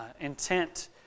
intent